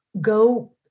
go